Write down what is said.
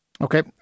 Okay